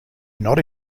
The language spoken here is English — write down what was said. not